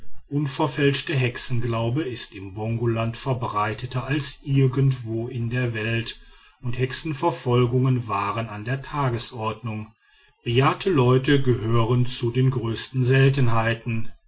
unverfälschte hexenglaube ist im bongoland verbreiteter als irgendwo in der welt und hexenverfolgungen waren an der tagesordnung bejahrte leute gehören zu den größten seltenheiten